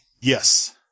Yes